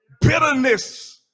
bitterness